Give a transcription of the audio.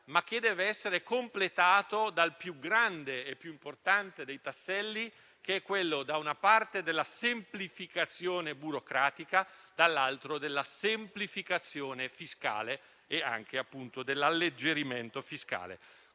ma che deve essere completato dal più grande e più importante dei tasselli che è quello, da una parte, della semplificazione burocratica e, dall'altra, della semplificazione e dell'alleggerimento fiscale.